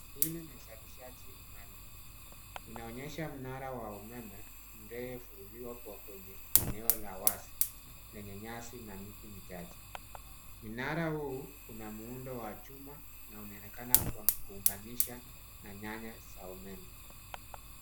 Hili ni uzalishaji umeme inaonyesha mnara wa umeme mrefu uliowekwa kwenye eneo la wazi lenye nyasi na miti michache. Mnara huu una muundo wa chuma na unaonekana kwa kuunganisha na nyaya za umeme.